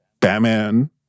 Batman